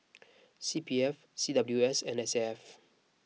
C P F C W S and S A F